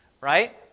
right